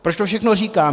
Proč to všechno říkám?